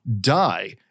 die